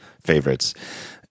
favorites